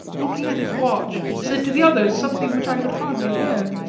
looking at his watch, said to the others something which i could hardly hear,